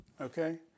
Okay